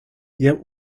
yet